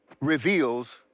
reveals